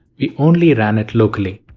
we only ran it locally.